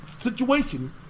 situation